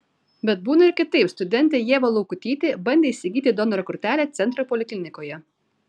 bet būna ir kitaip studentė ieva laukutytė bandė įsigyti donoro kortelę centro poliklinikoje